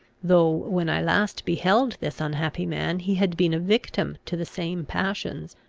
though, when i last beheld this unhappy man, he had been a victim to the same passions,